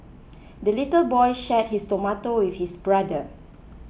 the little boy shared his tomato with his brother